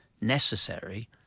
necessary